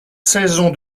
saison